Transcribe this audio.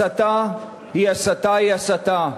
הסתה היא הסתה היא הסתה.